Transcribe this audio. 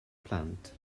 plant